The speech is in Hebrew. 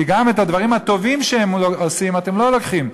כי גם את הדברים הטובים שהם עושים אתם לא לוקחים.